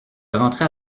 rentrait